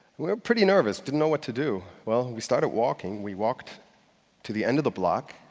we were pretty nervous, didn't know what to do. well, we started walking. we walked to the end of the block.